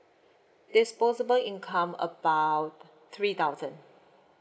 disposable income about three thousand